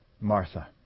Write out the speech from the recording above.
Martha